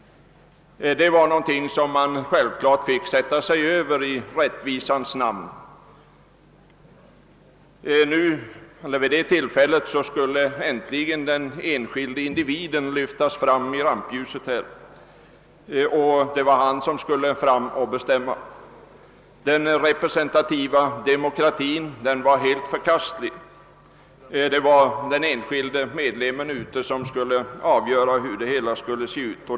Det. var någonting som man självklart ' kunde sätta sig över i demokratins och rättvisans namn. Äntligen skulle den enskilde individen lyftas fram i rampljuset. Det var han som skulle bestämma. Den representativa demokratin var helt förkastlig, den enskilde medlemmen skulle avgöra hur det hela skulle se ut.